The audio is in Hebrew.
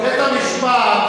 בית-המשפט,